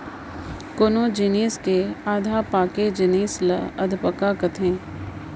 कोनो जिनिस के आधा पाके जिनिस ल अधपका कथें